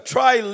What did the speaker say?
Try